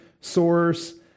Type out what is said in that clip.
source